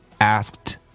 asked